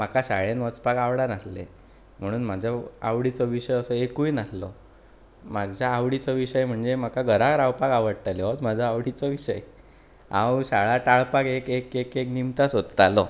म्हाका शाळेंत वचपाक आवडानासले म्हणून म्हजे आवडीचो असो एकूय विशय नासलो म्हज्या आवडीचो विशय म्हणजे म्हाका घरांत रावपाक आवडटालें होच म्हाजो आवडीचो विशय हांव शाळा टाळपाक एक एक एक निमतां सोदतालो